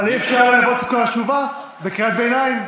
אבל אי-אפשר ללוות את כל התשובה בקריאות ביניים.